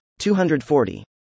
240